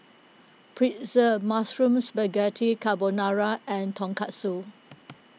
Pretzel Mushroom Spaghetti Carbonara and Tonkatsu